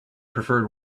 preferred